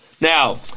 Now